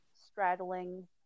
straddling